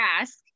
ask